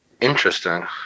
Interesting